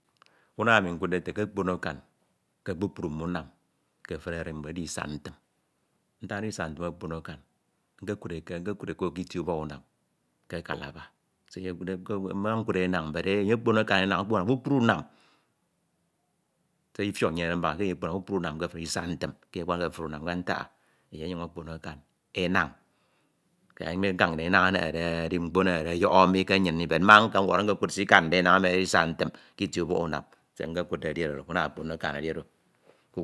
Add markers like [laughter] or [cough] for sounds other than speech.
Unam emi nkudde nte ke opon akan ke kpukpru mm’unam ke efuri arimbud edi isantim, ntak ndọhọde ke isantim okpon akan nkekude ko k’itie ubok ebam ke kalaba, mmakud enañ, edi enye okpkn akan enañ [hesitation] se ifiok nnyenede ke enye okpon akan kpukpru unam kedi isantim okpon akam enañ siak ke nkañ nnyin enañ enehede edi mkpo emi enehede ọyọhọ mi edi mma nkekud sikamde enan emi okponde akam kpukpru unam se nkekudde edi oro unam okponde akam edi oro.